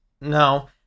No